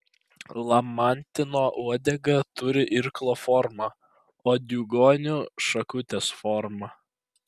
lamantino uodega turi irklo formą o diugonių šakutės formą